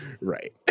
Right